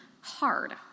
hard